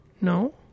No